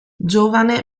giovane